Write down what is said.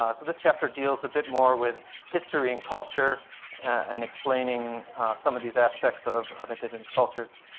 ah so this chapter deals a bit more with history and culture and explaining some of these aspects of of indigenous cultures.